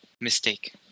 mistake